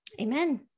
Amen